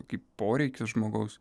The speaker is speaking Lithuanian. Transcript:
kaip poreikis žmogaus